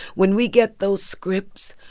when we get those scripts,